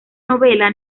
novela